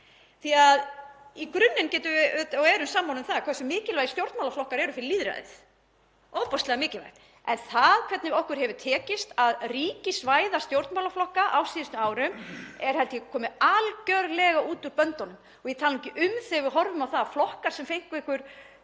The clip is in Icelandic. Í grunninn getum við verið og erum sammála um hversu mikilvægir stjórnmálaflokkar eru fyrir lýðræðið, ofboðslega mikilvægir, en það hvernig okkur hefur tekist að ríkisvæða stjórnmálaflokka á síðustu árum er, held ég, komið algjörlega úr böndunum. Ég tala ekki um þegar við horfum á það að flokkar sem fengu